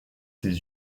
ses